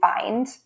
find